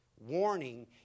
warning